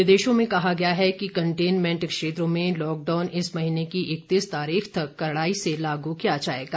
निर्देशों में कहा गया है कि कंटेनमेंट क्षेत्रों में लॉकडाउन महीने की तारीख तक कड़ाई से लागू किया जायेगा